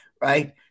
right